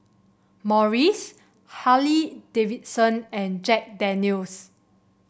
Morries Harley Davidson and Jack Daniel's